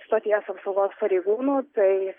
stoties apsaugos pareigūnų tai